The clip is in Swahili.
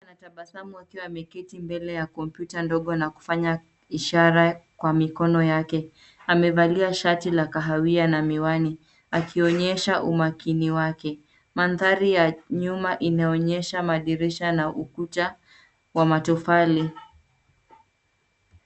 Anatabasamu akiwa ameketi mbele ya kompyuta ndogo na kufanya ishara kwa mikono yake. Amevalia shati la kahawia na miwani akionyesha umakini wake. Mandhari ya nyuma inaonyesha madirisha na ukuta wa matofali.